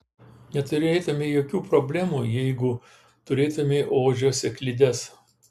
neturėtumei jokių problemų jeigu turėtumei ožio sėklides